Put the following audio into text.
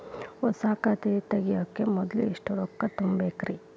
ಹೊಸಾ ಖಾತೆ ತಗ್ಯಾಕ ಮೊದ್ಲ ಎಷ್ಟ ರೊಕ್ಕಾ ತುಂಬೇಕ್ರಿ?